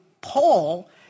Paul